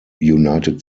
united